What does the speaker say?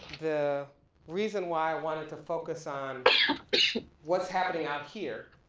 the reason why i wanted to focus on what's happening out here